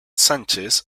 sánchez